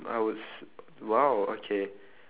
I would s~ !wow! okay